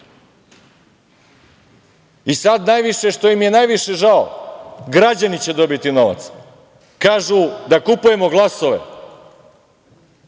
sad, što im je najviše žao – građani će dobiti novac. Kažu da kupujemo glasove.